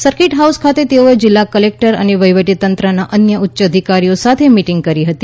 circuit house ખાતે તેઓએ જિલ્લા કલેકટર અને વહીવટી તંત્રના અન્ય ઉચ્ચ અધિકારીઓ સાથે મીટીંગ કરી હતી